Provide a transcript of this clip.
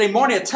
morning